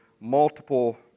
multiple